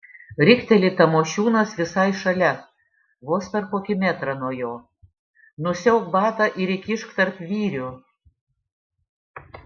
rikteli tamošiūnas visai šalia vos per kokį metrą nuo jo nusiauk batą ir įkišk tarp vyrių